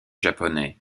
japonais